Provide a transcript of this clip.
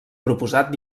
proposat